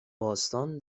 باستان